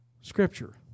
scripture